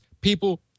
people